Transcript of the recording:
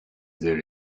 there